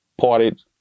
Parted